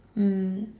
mm